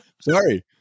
Sorry